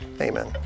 amen